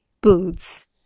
boots